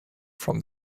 from